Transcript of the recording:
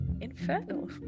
Infernal